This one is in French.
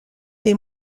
les